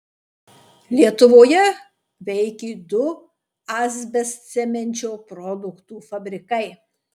lietuvoje veikė du asbestcemenčio produktų fabrikai